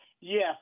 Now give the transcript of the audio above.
Yes